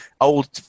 old